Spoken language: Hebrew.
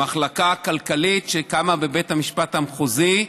כלכלית שקמה בבית המשפט המחוזי,